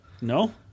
No